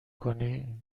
کنی